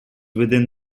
within